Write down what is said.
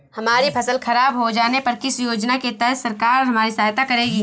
हमारी फसल खराब हो जाने पर किस योजना के तहत सरकार हमारी सहायता करेगी?